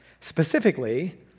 Specifically